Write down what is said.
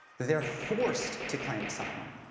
they're forced to claim asylum.